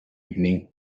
evening